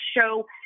show